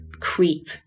creep